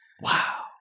Wow